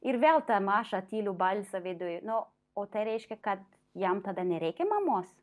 ir vėl tą mažą tylų balsą viduj nu o tai reiškia kad jam tada nereikia mamos